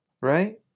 right